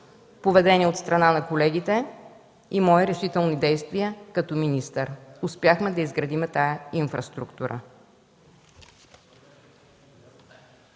поведение от страна на колегите и мои решителни действия като министър – успяхме да изградим тази инфраструктура.